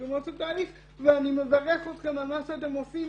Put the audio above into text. בעיצומו של תהליך ואני מברך אתכם על מה שאתם עושים.